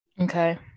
Okay